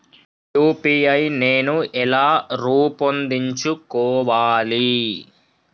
UPI నేను ఎలా రూపొందించుకోవాలి?